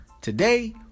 Today